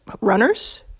runners